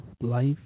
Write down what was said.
life